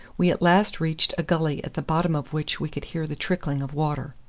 we at last reached a gully at the bottom of which we could hear the trickling of water.